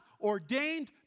ordained